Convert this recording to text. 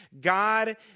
God